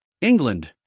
England